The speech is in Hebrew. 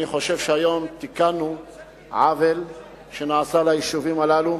אני חושב שהיום תיקנו עוול שנעשה ליישובים הללו,